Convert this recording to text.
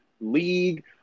league